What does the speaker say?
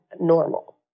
normal